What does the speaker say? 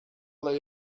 they